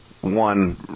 one